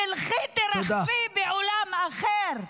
תלכי, תרחפי בעולם אחר,